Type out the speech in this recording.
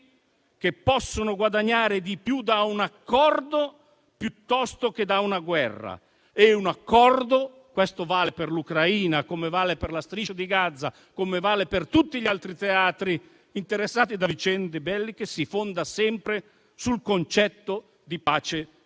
che possono guadagnare di più da un accordo piuttosto che da una guerra e un accordo - questo vale per l'Ucraina, come vale per la Striscia di Gaza, come per tutti gli altri teatri interessati da vicende belliche - si fonda sempre sul concetto di pace giusta.